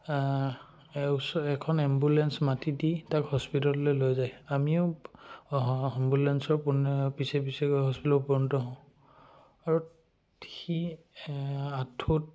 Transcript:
এই ওচৰ এখন এম্বুলেঞ্চ মাতি দি তাক হস্পিটেললৈ লৈ যায় আমিও এম্বুলেঞ্চৰ পোনে পিছে পিছে গৈ হস্পিটেলত গৈ উপনীত হওঁ আৰু সি আঁঠুত